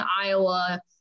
Iowa